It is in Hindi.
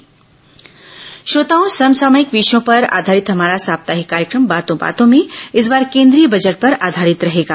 बातों बातों में समसामयिक विषयों पर आधारित हमारा साप्ताहिक कार्यक्रम बातों बातों में इस बार केंद्रीय बजट पर आधारित रहेगा